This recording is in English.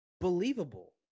believable